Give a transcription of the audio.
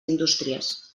indústries